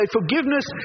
forgiveness